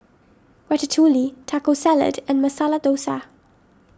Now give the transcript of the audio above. Ratatouille Taco Salad and Masala Dosa